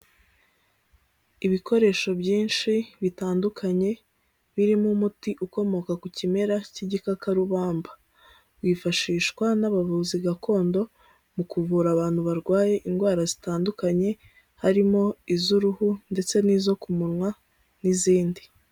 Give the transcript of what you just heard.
Ibikoresho byinshi bitandukanye birimo umuti ukomoka ku kimera cy'igikakarubamba, wifashishwa n'abavuzi gakondo mu kuvura abantu barwaye indwara zitandukanye harimo iz'uruhu ndetse n'izo ku munwa n'izindi.